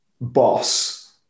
boss